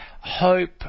hope